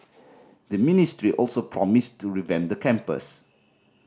the ministry also promised to revamp the campus